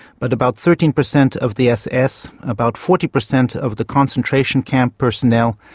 but about thirteen percent of the ss, about forty percent of the concentration camp personnel,